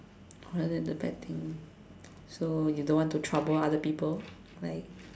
rather than the bad thing so you don't want to trouble people like